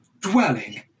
dwelling